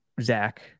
Zach